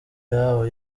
yabo